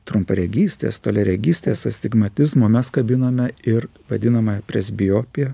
trumparegystės toliaregystės astigmatizmo mes kabinome ir vadinamą presbiopiją